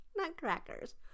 nutcrackers